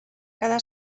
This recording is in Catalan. quedar